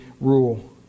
rule